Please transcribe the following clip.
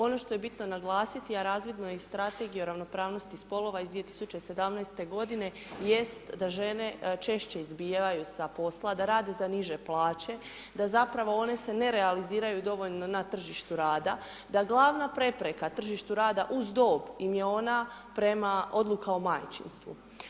Ono što je bitno naglasiti a razvidno je i u Strategiji o ravnopravnosti spolova iz 2017. g. jest da žene češće izbivaju s posla, da rade za niže plaće, da zapravo one se ne realiziraju dovoljno na tržištu rada, da glavna prepreka tržištu rada uz dob im je ona prema odluka o majčinstvu.